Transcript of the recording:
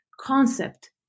concept